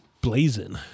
blazing